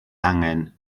angen